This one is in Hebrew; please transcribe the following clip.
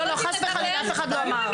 לא, לא, חס וחלילה, אף אחד לא אמר.